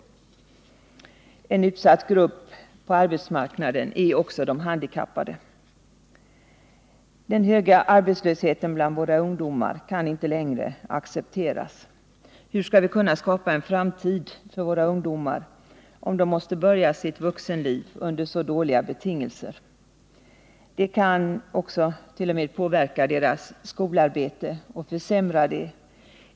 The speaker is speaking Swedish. En utsatt grupp på arbetsmarknaden är också de handikappade. Den höga arbetslösheten bland våra ungdomar kan inte längre accepteras. Hur skall vi kunna skapa en framtid för våra ungdomar om de måste börja sitt vuxenliv under så dåliga betingelser? Det kan t.o.m. påverka deras skolarbete och försämra det.